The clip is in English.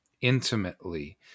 intimately